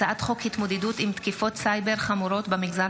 הצעת חוק התמודדות עם תקיפות סייבר חמורות במגזר